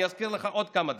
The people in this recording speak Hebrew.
אני אזכיר לך עוד כמה דברים: